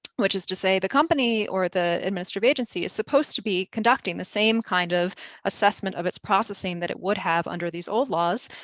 which is to say the company or the administrative agency is supposed to be conducting the same kind of assessment of its processing that it would have under these old laws.